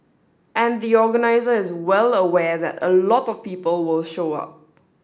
and the organiser is well aware that a lot of people will show up